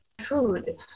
food